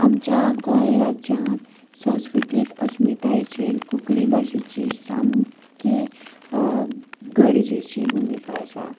आमच्या गोंय राज्यांत सांस्कृतीक अस्मितायेचेर कोंकणी भाशेची सामकी गरजेची भुमिका आसा